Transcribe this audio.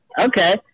Okay